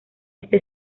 este